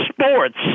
sports